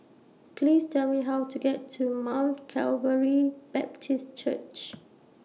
Please Tell Me How to get to Mount Calvary Baptist Church